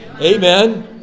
Amen